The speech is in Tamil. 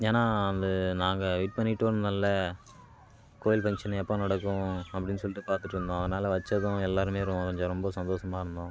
ஏன்னால் வந்து நாங்கள் வெயிட் பண்ணிகிட்டும் இருந்தோன்ல கோவில் ஃபங்க்ஷன்னு எப்போ நடக்கும் அப்படின்னு சொல்லிட்டு பார்த்துட்டுருந்தோம் அதனால் வச்சதும் எல்லோருமே ரோ கொஞ்சம் ரொம்ப சந்தோஷமாக இருந்தோம்